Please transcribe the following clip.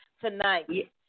tonight